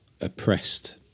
oppressed